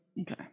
Okay